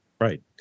Right